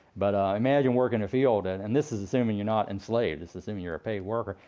but imagine working a field, and and this is assuming you're not enslaved. it's assuming you're a paid worker.